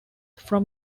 from